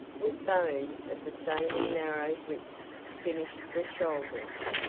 with bows of the same in narrow width finished the shoulders.